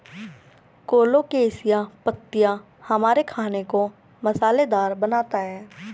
colocasia पत्तियां हमारे खाने को मसालेदार बनाता है